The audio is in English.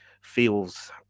feels